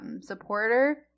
supporter